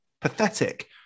pathetic